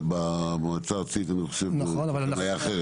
במועצה הארצית זה היה אחרת.